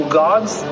gods